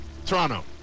Toronto